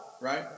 right